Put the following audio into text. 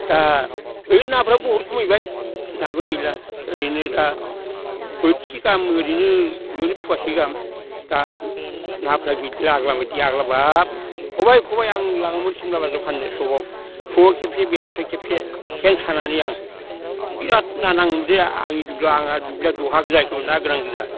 दा ओरै नाफ्रा बहुद खमायबाय नाबो गैला ओरैनो दा बोथिसे गाहाम ओरैनो मोनो फवासे गाहाम दा नाफ्रा गैला आग्लानि बादि आग्ला बाब खबाय खबाय आं लाङोमोन सिमला बाजाराव फाननो सख आव फुङाव खेबसे बेलासियाव खेबसे सेन सानानै आं बिराद ना नाङोमोन दे आंनि दुब्लियाव आङो दुब्लियाव दहा गोजा एखेबारे ना गोनां गोजा